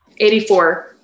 84